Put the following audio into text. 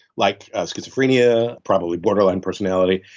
like schizophrenia, probably borderline personality.